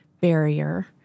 barrier